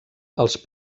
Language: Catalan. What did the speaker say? els